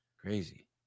Crazy